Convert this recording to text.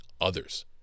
others